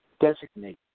designate